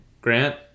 Grant